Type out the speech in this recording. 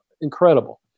incredible